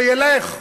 שילך,